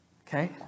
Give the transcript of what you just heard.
Okay